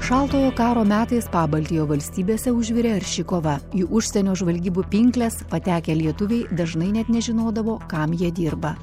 šaltojo karo metais pabaltijo valstybėse užvirė arši kova į užsienio žvalgybų pinkles patekę lietuviai dažnai net nežinodavo kam jie dirba